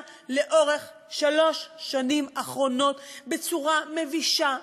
לאורך שלוש שנים אחרונות בצורה מבישה,